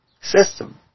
system